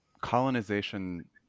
colonization